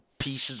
pieces